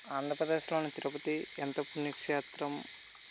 ఆంధ్రప్రదేశ్లో తిరుపతి ఎంత పుణ్యక్షేత్రం